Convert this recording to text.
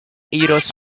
iros